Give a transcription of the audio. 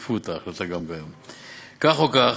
כך או כך,